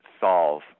Solve